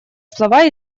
слова